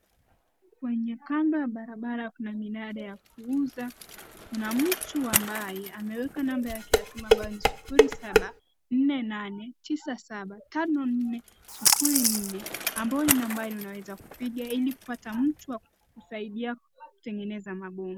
Kwenye kando ya barabara kuna minada ya kuuza, kuna mtu ambaye ameweka namba yake ya simu ambayo ni sufuri saba, nne nane, tisa saba, tano nne, sufuri nne, ambayo ni nambari unaweza kupiga ili kupata mtu wa kukusaidia kutengeneza mabomba.